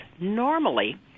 normally